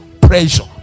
pressure